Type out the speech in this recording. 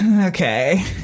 okay